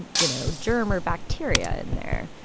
and you know, germ or bacteria in there.